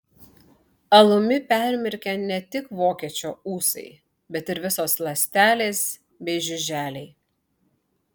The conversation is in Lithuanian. alumi permirkę ne tik vokiečio ūsai bet ir visos ląstelės bei žiuželiai